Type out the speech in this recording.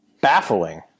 baffling